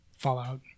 fallout